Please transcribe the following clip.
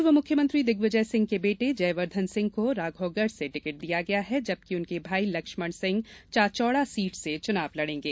पूर्व मुख्यमंत्री दिग्विजय सिंह के बेटे जयवर्धन सिंह को राधौगढ़ से टिकट दिया गया है जबकि उनके भाई लक्ष्मण सिंह चाचौड़ा सीट से चुनाव लड़ेंगे